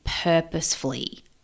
purposefully